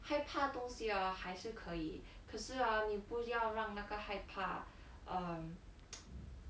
害怕东西 hor 还是可以可是 hor 你不要让那个害怕 um